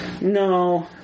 No